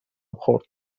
خورد